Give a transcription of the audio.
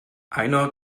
einer